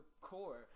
core